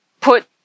put